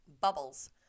Bubbles